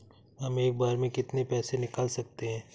हम एक बार में कितनी पैसे निकाल सकते हैं?